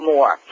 More